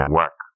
work